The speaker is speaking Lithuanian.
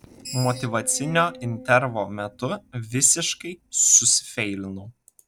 motyvacinio intervo metu visiškai susifeilinau